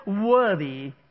worthy